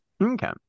Okay